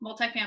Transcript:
multifamily